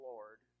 Lord